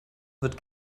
wird